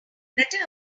better